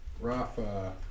Rafa